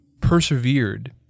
persevered